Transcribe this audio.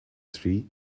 tree